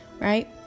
right